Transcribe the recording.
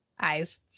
Eyes